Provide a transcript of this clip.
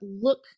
look